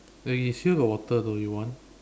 eh here got water though you want